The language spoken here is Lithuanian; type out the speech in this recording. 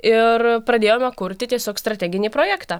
ir pradėjome kurti tiesiog strateginį projektą